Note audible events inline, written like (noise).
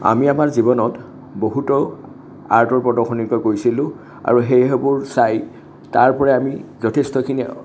আমি আমাৰ জীৱনত বহুতো আৰ্টৰ প্ৰদৰ্শনী (unintelligible) কৰিছিলোঁ আৰু সেই (unintelligible) চাই তাৰপৰাই আমি যথেষ্টখিনি